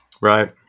Right